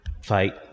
fight